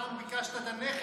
פעם ביקשת את הנכד,